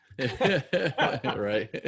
Right